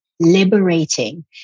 liberating